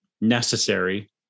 necessary